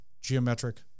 geometric